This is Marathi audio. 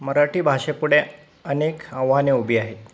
मराठी भाषेपुढे अनेक आव्हाने उभी आहेत